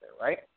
right